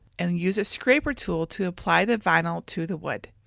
and use a scraper tool to apply the vinyl to the wood.